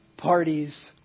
Parties